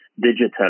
digital